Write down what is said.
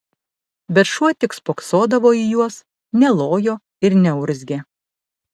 bet šuo tik spoksodavo į juos nelojo ir neurzgė